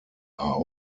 are